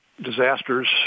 disasters